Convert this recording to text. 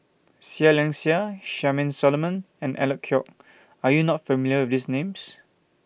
Seah Liang Seah Charmaine Solomon and Alec Kuok Are YOU not familiar with These Names